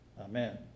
Amen